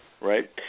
Right